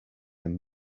him